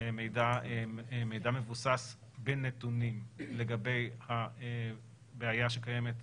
מידע מבוסס בנתונים לגבי הבעיה שקיימת,